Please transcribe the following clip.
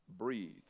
breathe